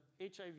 HIV